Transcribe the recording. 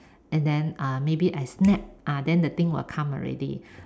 and then uh maybe I snap ah then the thing will come already